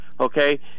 Okay